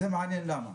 וזה מעניין למה.